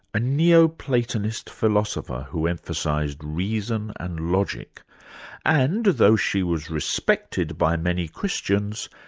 a neo-platonist philosopher who emphasised reason and logic and though she was respected by many christians,